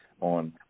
on